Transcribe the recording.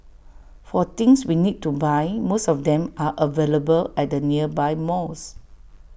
for things we need to buy most of them are available at the nearby malls